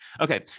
okay